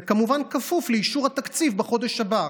זה כמובן כפוף לאישור התקציב בחודש הבא.